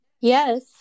yes